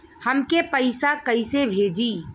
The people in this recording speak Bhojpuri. हमके पैसा कइसे भेजी?